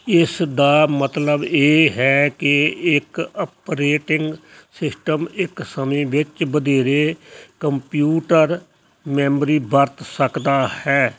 ਇਸ ਦਾ ਮਤਲਬ ਇਹ ਹੈ ਕਿ ਇੱਕ ਆਪਰੇਟਿੰਗ ਸਿਸਟਮ ਇੱਕ ਸਮੇਂ ਵਿੱਚ ਵਧੇਰੇ ਕੰਪਿਊਟਰ ਮੈਮਰੀ ਵਰਤ ਸਕਦਾ ਹੈ